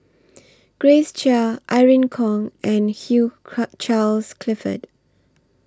Grace Chia Irene Khong and Hugh Charles Clifford